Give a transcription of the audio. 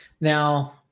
Now